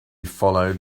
followed